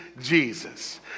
Jesus